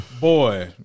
Boy